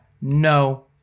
no